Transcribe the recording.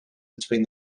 between